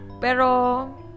Pero